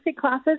classes